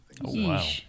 wow